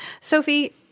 Sophie